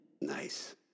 Nice